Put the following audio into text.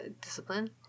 discipline